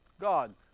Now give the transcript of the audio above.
God